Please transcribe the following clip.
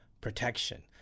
protection